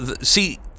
see